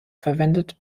verwendet